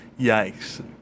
Yikes